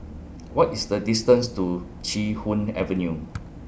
What IS The distance to Chee Hoon Avenue